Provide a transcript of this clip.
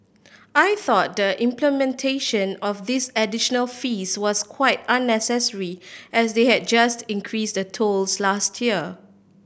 I thought the implementation of this additional fees was quite unnecessary as they had just increase the tolls last year